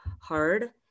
hard